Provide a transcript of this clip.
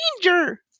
danger